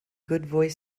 good